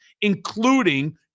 including